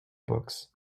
books